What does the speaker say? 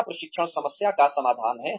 क्या प्रशिक्षण समस्या का समाधान है